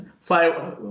fly